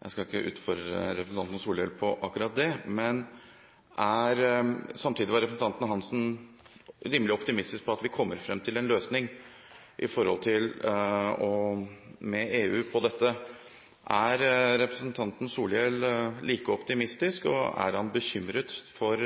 Jeg skal ikke utfordre representanten Solhjell på akkurat det. Samtidig var representanten Hansen rimelig optimistisk med tanke på at vi skal komme frem til en løsning med EU om dette. Er representanten Solhjell like optimistisk, og er han bekymret for